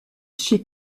chez